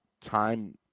time